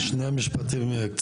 שני משפטים.